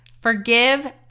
Forgive